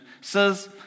says